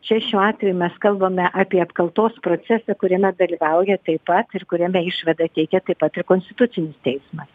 čia šiuo atveju mes kalbame apie apkaltos procesą kuriame dalyvauja taip pat ir kuriame išvadą teikia taip pat ir konstitucinis teismas